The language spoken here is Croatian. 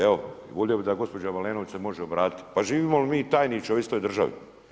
Evo, volio bi da gospođa Balenović se može obratiti, pa živimo li mi tajniče, u istoj državi?